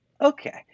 Okay